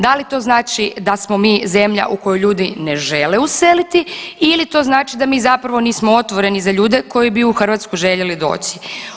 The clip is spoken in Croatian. Da li to znači da smo mi zemlja u koju ljudi ne žele useliti ili to znači da mi zapravo nismo otvoreni za ljude koji bi u Hrvatsku željeli doći.